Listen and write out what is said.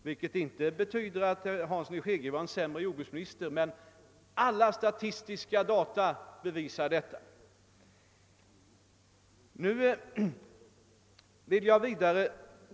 Det betyder inte att herr Hansson i Skegrie var en sämre jordbruksminister, men alla statistiska data bevisar att livsmedelsberedskapen nu är bättre.